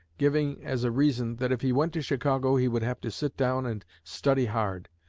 giving as a reason that if he went to chicago he would have to sit down and study hard,